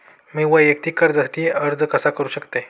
मी वैयक्तिक कर्जासाठी अर्ज कसा करु शकते?